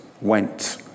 went